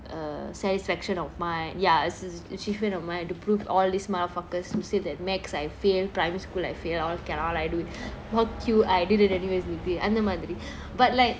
err satisfaction of my ya is is achievement of mine to prove all these motherfuckers who said that maths I fail private school I fail all cannot I do fuck you I did it anyways அந்த மாதிரி :antha maathiri but like